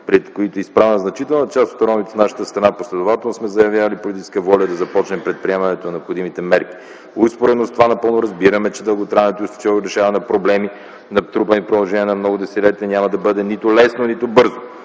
пред които са изправени значителна част от ромите в нашата страна, последователно сме заявявали политическа воля да започнем предприемането на необходимите мерки. Успоредно с това напълно разбираме, че дълготрайното решаване на проблеми, натрупани в продължение на много десетилетия, няма да бъде нито лесно, нито бързо.